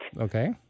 Okay